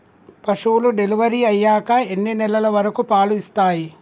పశువులు డెలివరీ అయ్యాక ఎన్ని నెలల వరకు పాలు ఇస్తాయి?